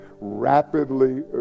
rapidly